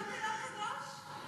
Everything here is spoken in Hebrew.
אתה חושב שלנו הכותל לא קדוש?